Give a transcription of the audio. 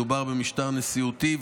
מדובר במשטר נשיאותי,